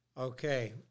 Okay